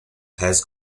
pez